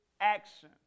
action